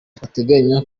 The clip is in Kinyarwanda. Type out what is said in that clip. bateganya